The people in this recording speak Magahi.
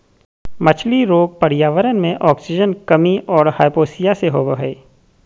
मछली रोग पर्यावरण मे आक्सीजन कमी और हाइपोक्सिया से होबे हइ